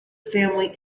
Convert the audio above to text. family